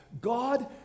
God